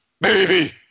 baby